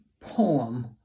poem